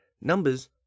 numbers